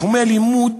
הפער גדול,